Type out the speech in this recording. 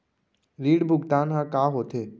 ऋण भुगतान ह का होथे?